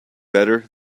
better